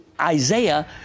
Isaiah